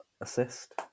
assist